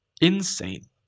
Insane